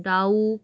ডাহুক